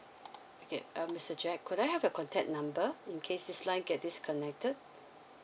okay um mister jack could I have your contact number in case this line get disconnected